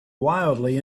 wildly